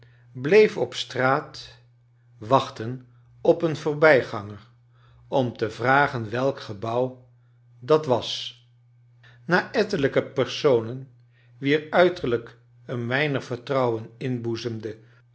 bleef op straat wachten op een voorbijganger om te vragen welk gebouw dat was na ectelijke personen wier uiterlijk hem weinig vertrouwen inboezemde